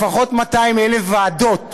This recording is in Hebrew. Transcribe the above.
לפחות 200,000 ועדות,